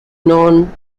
known